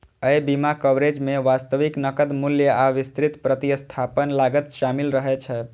अय बीमा कवरेज मे वास्तविक नकद मूल्य आ विस्तृत प्रतिस्थापन लागत शामिल रहै छै